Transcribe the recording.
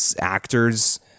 actors